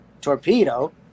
Torpedo